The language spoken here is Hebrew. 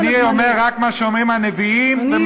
אני אומר רק מה שאומרים הנביאים, אני